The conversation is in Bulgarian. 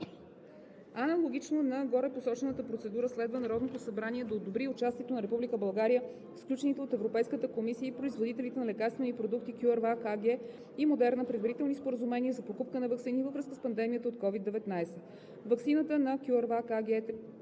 Аналогично на горепосочената процедура следва Народното събрание да одобри и участието на Република България в сключените от Европейската комисия и производителите на лекарствени продукти CureVac и Moderna предварителни споразумения за покупка на ваксини във връзка с пандемията от СОVID-19.